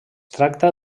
tracta